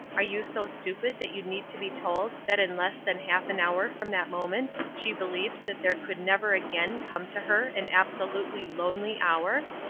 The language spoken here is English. are you so stupid that you need to be told that in less than half an hour from that moment she believed that there could never again come to her an absolutely lonely hour?